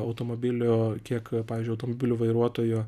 automobilių kiek pavyzdžiui automobilių vairuotojų